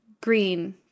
green